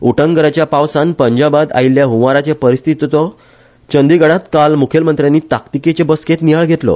उटंगराच्या पावसान पंजाबात आयिल्ल्या हंवाराचे परिस्थितीचो चंदीगढात काल मुखेलमंत्र्यानी ताकतिकेचे बसकेत नियाळ घेतलो